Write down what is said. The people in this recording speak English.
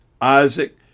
Isaac